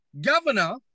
governor